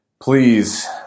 Please